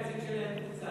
התקציב שלהם קוצץ.